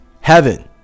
Heaven